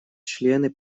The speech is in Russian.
члены